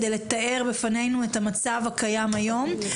כדי לתאר בפנינו את המצב הקיים היום.